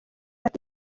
ati